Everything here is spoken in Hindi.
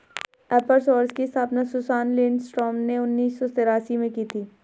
एपर सोर्स की स्थापना सुसान लिंडस्ट्रॉम ने उन्नीस सौ तेरासी में की थी